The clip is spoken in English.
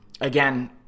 Again